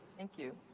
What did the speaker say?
thank you.